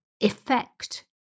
Effect